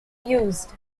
used